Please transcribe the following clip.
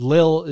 Lil